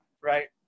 right